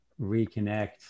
reconnect